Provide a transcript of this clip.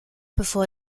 bevor